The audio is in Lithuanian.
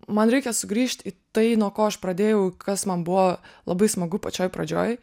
man reikia sugrįžt į tai nuo ko aš pradėjau kas man buvo labai smagu pačioj pradžioj